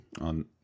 on